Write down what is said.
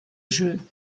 jeu